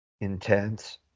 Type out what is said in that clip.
intense